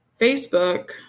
Facebook